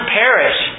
perish